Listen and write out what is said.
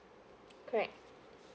correct